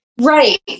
Right